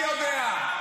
אני יודע.